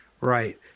right